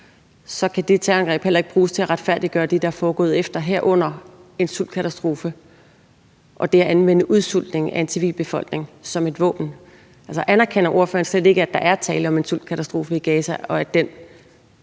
så kan det terrorangreb heller ikke bruges til at retfærdiggøre det, der er foregået efter, herunder en sultkatastrofe og det at anvende udsultning af en civilbefolkning som et våben? Altså, anerkender ordføreren slet ikke, at der er tale om en sultkatastrofe i Gaza, og at den